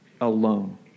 alone